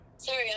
Sorry